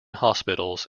hospitals